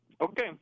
Okay